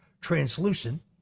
translucent